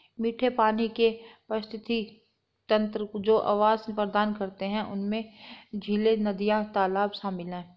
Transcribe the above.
मीठे पानी के पारिस्थितिक तंत्र जो आवास प्रदान करते हैं उनमें झीलें, नदियाँ, तालाब शामिल हैं